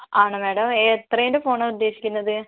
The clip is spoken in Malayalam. ആണോ മേഡം എത്രയിൻ്റെ ഫോൺ ആണ് ഉദ്ദേശിക്കുന്നത്